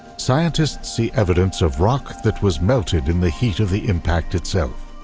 scientists see evidence of rock that was melted in the heat of the impact itself.